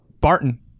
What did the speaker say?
Barton